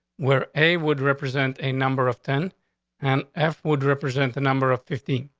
where a would represent a number of ten and f would represent the number of fifteen.